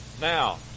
Now